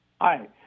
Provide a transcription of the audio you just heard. Hi